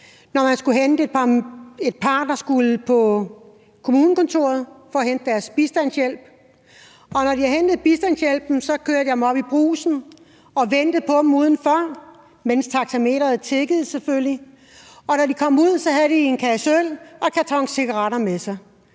Der skulle jeg hente et par, der skulle på kommunekontoret for at hente deres bistandshjælp. Når de havde hentet bistandshjælpen, kørte jeg dem op i brugsen og ventede på dem udenfor, mens taxameteret tikkede selvfølgelig, og når de kom ud, havde de en kasse øl og en karton cigaretter med sig.